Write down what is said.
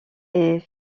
est